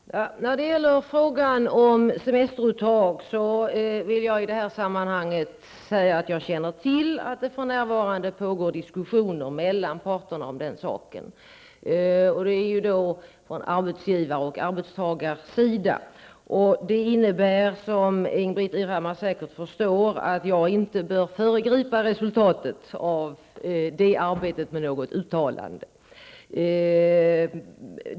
Fru talman! När det gäller frågan om semesteruttag känner jag till att det för närvarande pågår diskussioner mellan parterna om den saken. Det sker alltså från arbetsgivar och arbetstagarsidan. Det innebär, som Ingbritt Irhammar säkert förstår, att jag inte bör föregripa resultatet av det arbetet med något uttalande.